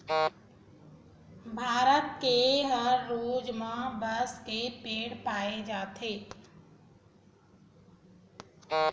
भारत के हर राज म बांस के पेड़ पाए जाथे